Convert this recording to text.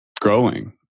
growing